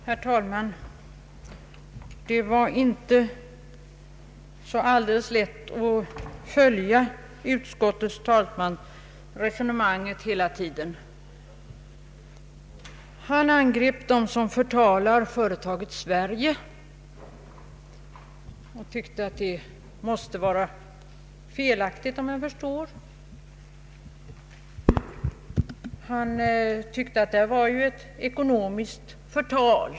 Herr talman! Det var inte så lätt att hela tiden följa det resonemang som utskottets talesman förde. Herr Karlsson angrep dem som förtalar företaget Sverige; han tyckte att det var ett ekonomiskt förtal.